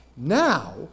Now